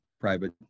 private